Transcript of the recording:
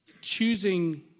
choosing